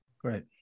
Great